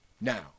Now